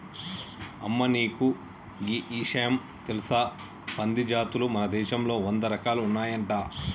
అమ్మ నీకు గీ ఇషయం తెలుసా పంది జాతులు మన దేశంలో వంద రకాలు ఉన్నాయంట